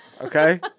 Okay